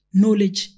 knowledge